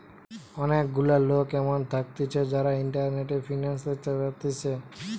অনেক গুলা লোক এমন থাকতিছে যারা ইন্টারনেটে ফিন্যান্স তথ্য বেচতিছে